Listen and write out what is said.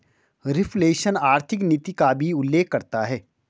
reflation आर्थिक नीति का भी उल्लेख करता है